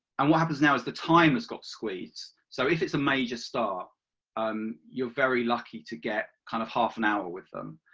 and what happens now is the time has got scwoozed so if it's a major star um you are very lucky to get kind of half an hour with them.